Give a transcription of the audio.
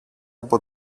από